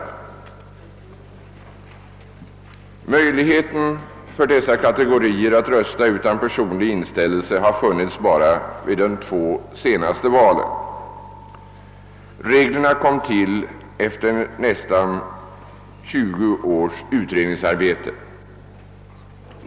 Möjligheten för dessa kategorier att rösta utan personlig inställelse har funnits bara vid de två senaste valen. Reglerna kom till efter nära 20 års utredningsarbete.